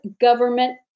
government